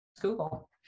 Google